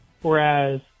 Whereas